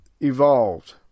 evolved